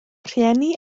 rhieni